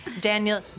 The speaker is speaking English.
Daniel